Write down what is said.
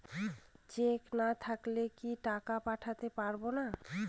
Check না থাকলে কি টাকা পাঠাতে পারবো না?